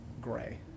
gray